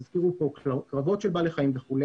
והזכירו פה קרבות של בעלי חיים וכו',